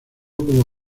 como